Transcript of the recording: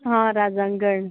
हा राजांगण